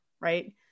right